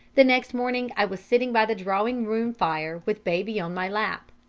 the next morning i was sitting by the drawing-room fire with baby on my lap.